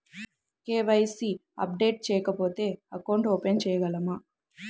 KYC updation చేయకపోతే account open చేయలేమా?